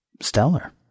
stellar